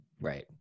Right